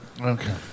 Okay